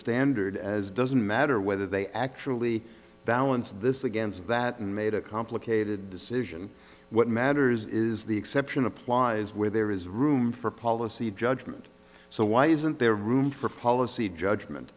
standard as doesn't matter whether they actually balance this against that made a complicated decision what matters is the exception applies where there is room for policy judgement so why isn't there room for policy judgment